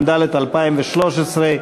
התשע"ד 2013,